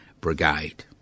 Brigade